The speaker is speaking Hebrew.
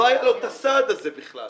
לא היה לו את הסעד הזה בכלל.